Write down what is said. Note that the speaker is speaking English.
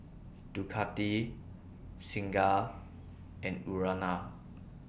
Ducati Singha and Urana